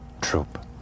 troop